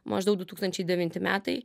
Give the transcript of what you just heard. maždaug du tūkstančiai devinti metai